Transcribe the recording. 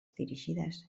dirigides